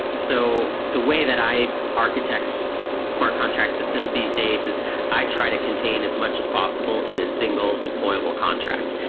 so the way that i architect smart contract systems these days is i try to contain as much as possible in a single deployable contract,